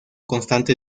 constante